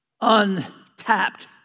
untapped